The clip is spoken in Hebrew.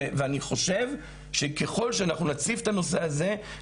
אני חושב שככל שאנחנו נציף את הנושא הזה,